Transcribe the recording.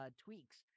tweaks